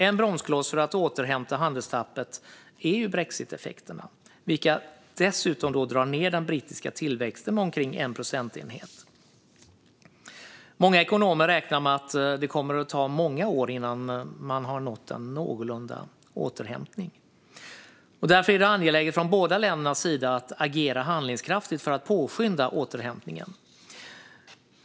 En bromskloss för att hämta in handelstappet är brexiteffekterna, som dessutom drar ned den brittiska tillväxten med omkring 1 procentenhet. Många ekonomer räknar med att det kommer att ta många år att nå en någorlunda återhämtning. Därför är det angeläget för båda länderna att agera handlingskraftigt för att påskynda återhämtningen.